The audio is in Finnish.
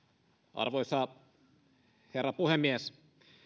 arvoisa herra puhemies